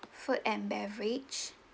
food and beverage